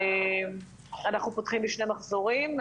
אנחנו פותחים שני מחזורים,